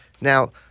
Now